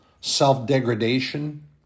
self-degradation